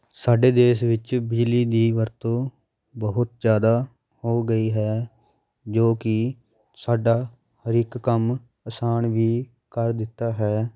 ਸਾਡੇ ਦੇਸ਼ ਵਿੱਚ ਬਿਜਲੀ ਦੀ ਵਰਤੋਂ ਬਹੁਤ ਜ਼ਿਆਦਾ ਹੋ ਗਈ ਹੈ ਜੋ ਕਿ ਸਾਡਾ ਹਰ ਇੱਕ ਕੰਮ ਆਸਾਨ ਵੀ ਕਰ ਦਿੱਤਾ ਹੈ